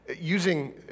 Using